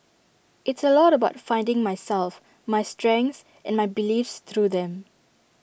it's A lot about finding myself my strengths and my beliefs through them